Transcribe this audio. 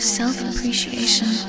self-appreciation